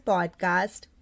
Podcast